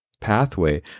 pathway